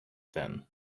then